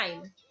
time